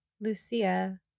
Lucia